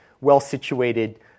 well-situated